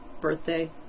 birthday